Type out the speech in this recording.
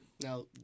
Now